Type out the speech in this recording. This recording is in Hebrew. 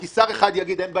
כי שר אחד יגיד: אין בעיה,